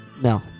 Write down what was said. No